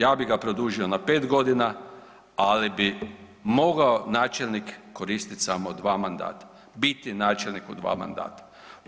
Ja bi ga produžio na pet godina, ali bi mogao načelnik koristiti samo dva mandata, biti načelnik u dva mandata.